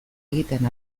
egiten